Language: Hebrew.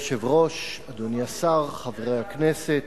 אדוני היושב-ראש, אדוני השר, חברי הכנסת,